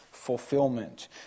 fulfillment